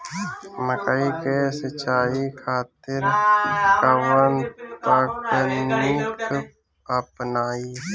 मकई के सिंचाई खातिर कवन तकनीक अपनाई?